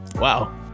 wow